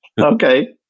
Okay